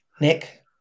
Nick